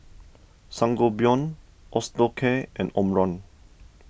Sangobion Osteocare and Omron